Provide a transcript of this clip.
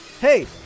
Hey